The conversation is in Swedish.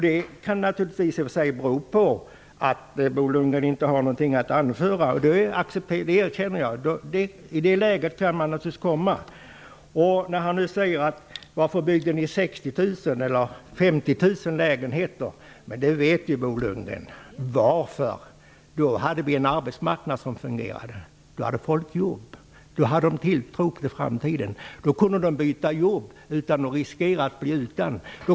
Det kan naturligtvis bero på att Bo Lundgren inte har något att anföra. Bo Lundgren frågar varför vi byggde 50 000--60 000 lägenheter vissa år. Bo Lundgren vet att vi då hade en fungerande arbetsmarknad. Då hade människor jobb och tilltro till framtiden. De kunde då byta jobb utan att riskera att bli ställda utan sysselsättning.